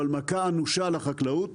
אבל מכה אנושה לחקלאות